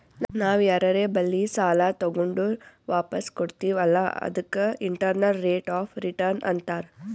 ನಾವ್ ಯಾರರೆ ಬಲ್ಲಿ ಸಾಲಾ ತಗೊಂಡುರ್ ವಾಪಸ್ ಕೊಡ್ತಿವ್ ಅಲ್ಲಾ ಅದಕ್ಕ ಇಂಟರ್ನಲ್ ರೇಟ್ ಆಫ್ ರಿಟರ್ನ್ ಅಂತಾರ್